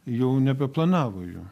jau nebeplanavo jų